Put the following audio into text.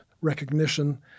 recognition